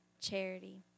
charity